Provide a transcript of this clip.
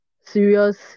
serious